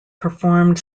performed